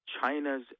China's